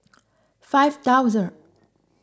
five thousandth